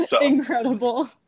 Incredible